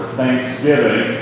thanksgiving